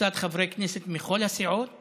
לצד חברי כנסת מכל הסיעות